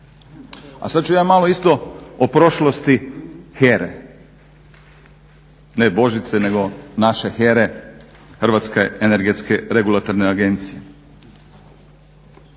A sad ću ja malo isto o prošlosti HERA-e, ne božice nego naše HERA-e Hrvatske energetske regulatorne agencije.